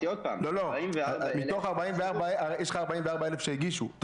יש לך 44 אלף שהגישו.